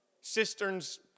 Cisterns